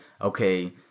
okay